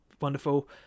Wonderful